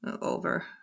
over